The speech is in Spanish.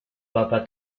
papa